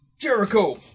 Jericho